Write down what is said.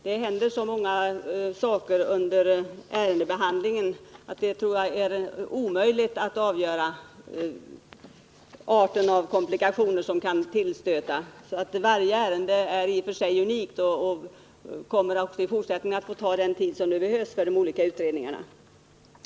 Det händer så många saker under ärendebehandlingen att jag tror det är omöjligt att avgöra arten av de komplikationer som kan tillstöta. Varje ärende är i och för sig unikt och kommer också i fortsättningen att få ta den tid som behövs för de olika utredningarna.